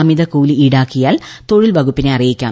അമിത കൂലി ഇൌടാക്കിയാൽ തൊഴിൽവകുപ്പിനെ അടിയിക്കാം